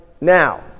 now